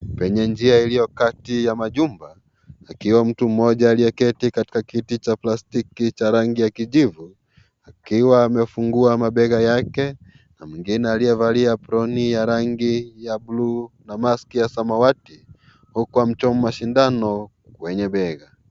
Penye njia iliyo kati ya majumba, akiwa mtu mmoja aliyeketi katika kiti Cha plastiki Cha rangi ya kijivu, akiwa amefungua mabega yake, na mwingine aliyevalia aproni ya rangi ya bluu maski ya samawati, huku amchoma sindano kwenye bega.